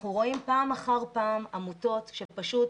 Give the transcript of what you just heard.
אנחנו רואים פעם אחר פעם עמותות שפשוט